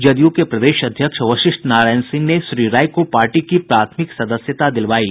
जदयू के प्रदेश अध्यक्ष वशिष्ठ नारायण सिंह ने श्री राय को पार्टी की प्राथमिक सदस्यता दिलवायी